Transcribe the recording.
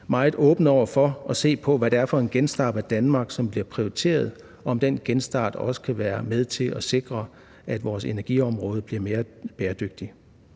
meget åbne over for at se på, hvad det er for en genstart af Danmark, som bliver prioriteret, og om den genstart også kan være med til at sikre, at vores energiområde bliver mere bæredygtigt.